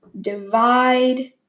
divide